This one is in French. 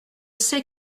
c’est